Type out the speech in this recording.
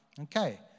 okay